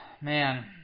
man